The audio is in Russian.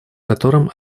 которым